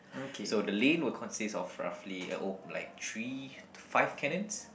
so the lane will consist of roughly a like three to five canons